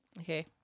okay